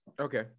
Okay